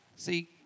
See